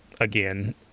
again